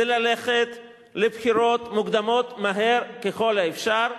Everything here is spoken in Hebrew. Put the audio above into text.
וזה ללכת לבחירות מוקדמות מהר ככל האפשר,